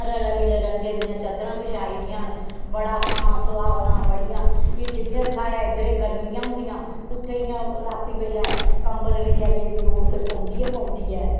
रलै मिलै रंगै दियां चादरां बिछाई दियां न बड़ा समां सुहाबना बड़ियां जित्थै साढ़े इद्धर गर्मियां होंदियां उत्थै इयां रातीं बैल्लै कंबल रजाइयै दी लोड़ ते पौंदी गै पौंदी ऐ